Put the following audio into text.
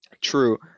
true